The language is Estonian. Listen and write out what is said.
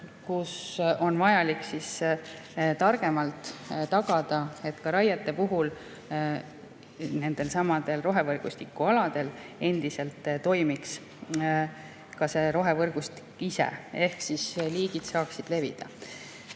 On vaja targemalt tagada, et ka raiete puhul nendelsamadel rohevõrgustikualadel endiselt toimiks see rohevõrgustik ise ehk liigid saaksid levida.